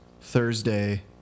Thursday